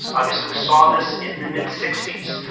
obviously we saw this in the mid sixty s,